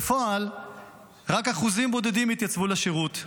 בפועל רק אחוזים בודדים התייצבו לשירות.